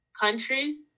country